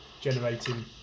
generating